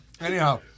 Anyhow